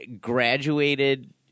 graduated